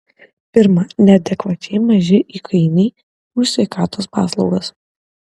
pirma neadekvačiai maži įkainiai už sveikatos paslaugas